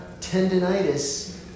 tendonitis